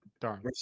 Darn